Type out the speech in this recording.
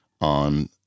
on